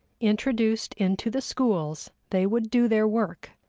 introduced into the schools they would do their work,